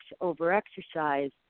over-exercise